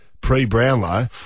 pre-Brownlow